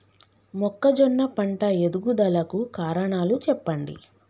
మొక్కజొన్న పంట ఎదుగుదల కు కారణాలు చెప్పండి?